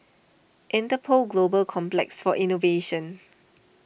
Interpol Global Complex for Innovation